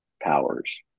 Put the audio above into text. powers